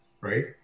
right